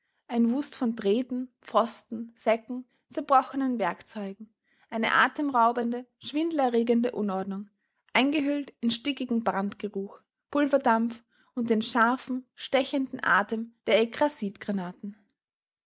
ein wust von drähten pfosten säcken zerbrochenen werkzeugen eine atemraubende schwindelerregende unordnung eingehüllt in stickigen brandgeruch pulverdampf und den scharfen stechenden atem der